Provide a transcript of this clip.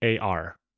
AR